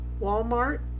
Walmart